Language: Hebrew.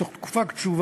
בתוך תקופה קצובה,